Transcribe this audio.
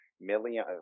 Million